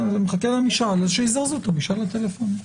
זה מחכה למשאל, אז שיזרזו את המשאל הטלפוני.